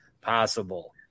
possible